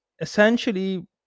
essentially